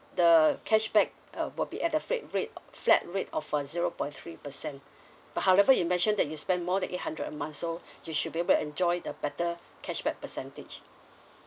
the cashback uh will be at a flat rate flat rate of uh zero point three percent but however you mentioned that you spend more than eight hundred a month so you should be able to enjoy the better cashback percentage